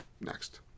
Next